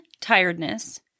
tiredness